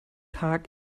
tag